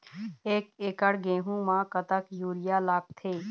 एक एकड़ गेहूं म कतक यूरिया लागथे?